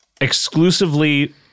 exclusively